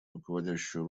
руководящую